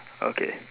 okay